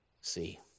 see